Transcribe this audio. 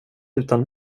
utan